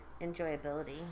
enjoyability